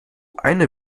eine